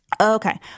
Okay